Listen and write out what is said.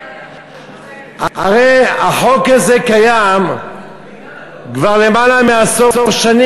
הרי החוק הזה קיים כבר למעלה מעשור,